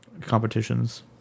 competitions